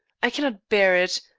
i cannot bear it.